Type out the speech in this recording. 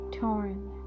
torn